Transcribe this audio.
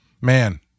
man